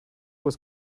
was